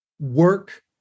work